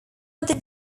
other